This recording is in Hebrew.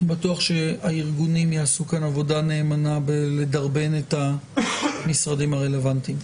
אני בטוח שהארגונים יעשו כאן עבודה נאמנה לדרבן את המשרדים הרלוונטיים.